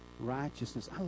righteousness